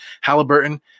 Halliburton